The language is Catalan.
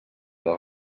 del